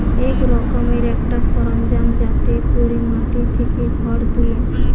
এক রকমের একটা সরঞ্জাম যাতে কোরে মাটি থিকে খড় তুলে